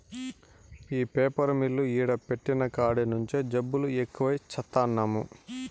ఈ paper mill ఈడ పెట్టిన కాడి నుంచే జబ్బులు ఎక్కువై చత్తన్నాము